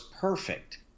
perfect